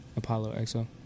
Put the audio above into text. ApolloXO